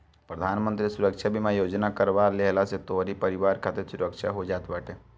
प्रधानमंत्री सुरक्षा बीमा योजना करवा लेहला से तोहरी परिवार खातिर सुरक्षा हो जात बाटे